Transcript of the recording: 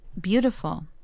beautiful